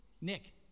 Nick